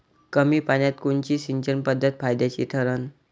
कमी पान्यात कोनची सिंचन पद्धत फायद्याची ठरन?